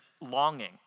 longing